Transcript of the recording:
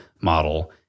model